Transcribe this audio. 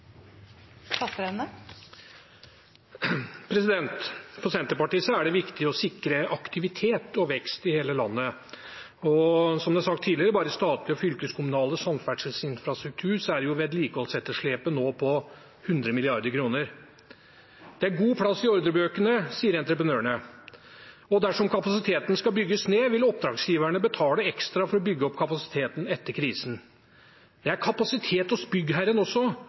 For Senterpartiet er det viktig å sikre aktivitet og vekst i hele landet. Som det er sagt tidligere, er vedlikeholdsetterslepet bare i statlig og fylkeskommunal samferdselsinfrastruktur nå på 100 mrd. kr. Det er god plass i ordrebøkene, sier entreprenørene, og dersom kapasiteten skal bygges ned, vil oppdragsgiverne betale ekstra for å bygge opp kapasiteten etter krisen. Det er kapasitet hos byggherrene også